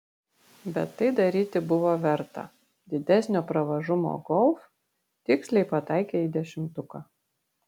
bet tai daryti buvo verta didesnio pravažumo golf tiksliai pataikė į dešimtuką